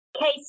case